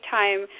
time